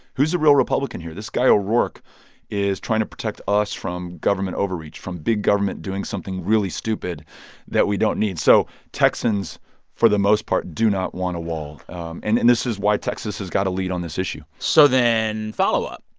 who's the real republican here? this guy o'rourke is trying to protect us from government overreach, from big government doing something really stupid that we don't need. so texans for the most part do not want a wall. and and this is why texas has got to lead on this issue so then follow up.